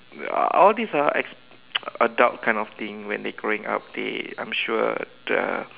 uh all these ah as adult kind of thing when they growing up they I'm sure uh